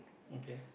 okay